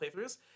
playthroughs